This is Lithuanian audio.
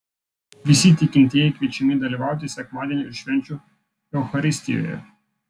visi tikintieji kviečiami dalyvauti sekmadienio ir švenčių eucharistijoje